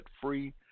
free